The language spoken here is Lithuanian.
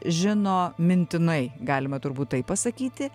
žino mintinai galime turbūt taip pasakyti